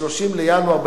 ב-30 בינואר,